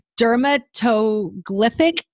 dermatoglyphic